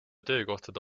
töökohtade